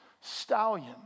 stallion